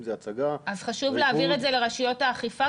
אם זה הצגה --- אז חשוב להעביר את זה לרשויות האכיפה,